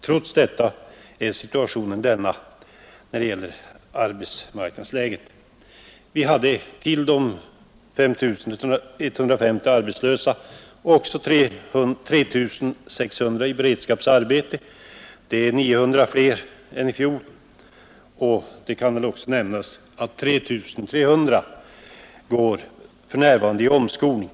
Förutom de 5 150 arbetslösa hade vi 3 600 i beredskapsarbete. Detta är 900 flera än i fjol. Det kan också nämnas att 3 300 för närvarande går under omskolning.